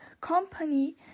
company